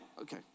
okay